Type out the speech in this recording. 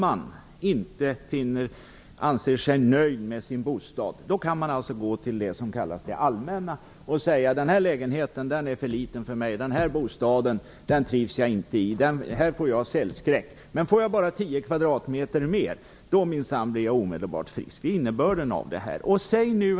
Om man inte anser sig nöjd med sin bostad kan man gå till det som kallas det allmänna och säga: "Den här lägenheten är för liten för mig. Den här bostaden trivs jag inte i. Här får jag cellskräck, men får jag bara 10 kvadratmeter mer blir jag minsann omedelbart frisk." Det är innebörden.